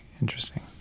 Interesting